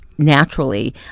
Naturally